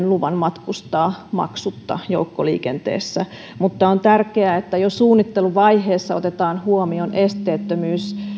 luvan matkustaa maksutta joukkoliikenteessä mutta on tärkeää että jo suunnitteluvaiheessa otetaan huomioon esteettömyys